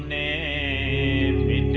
a